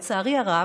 לצערי הרב,